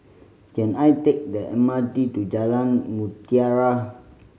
can I take the M R T to Jalan Mutiara